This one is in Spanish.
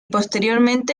posteriormente